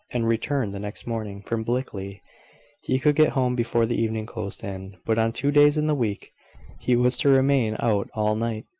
and return the next morning. from blickley he could get home before the evening closed in but on two days in the week he was to remain out all night.